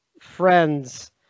friends